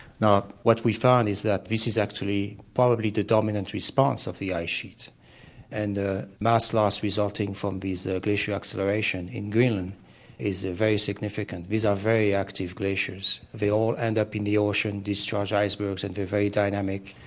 what we found is that this is actually probably the dominant response of the ice sheet and the mass loss resulting from these glacial acceleration in greenland is ah very significant, these are very active glaciers. they all end up in the ocean, discharge ice burgs and they're very dynamic,